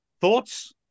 Thoughts